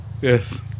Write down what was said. Yes